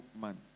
man